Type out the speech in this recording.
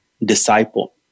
disciple